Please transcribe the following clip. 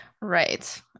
Right